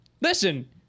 Listen